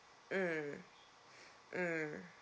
mm mm